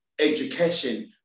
education